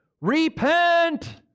Repent